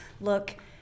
look